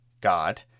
God